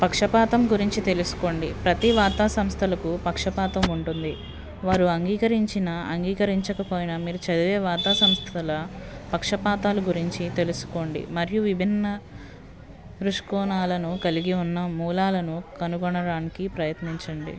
పక్షపాతం గురించి తెలుసుకోండి ప్రతి వార్త సంస్థలకు పక్షపాతం ఉంటుంది వారు అంగీకరించినా అంగీకరించకపోయినా మీరు చదివే వార్త సంస్థల పక్షపాతాల గురించి తెలుసుకోండి మరియు విభిన్న ఋష్ కోణాలను కలిగి ఉన్న మూలాలను కనుగొనడానికి ప్రయత్నించండి